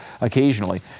occasionally